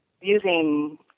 using